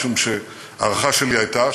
משום שההערכה שלי הייתה,